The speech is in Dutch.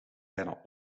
bijna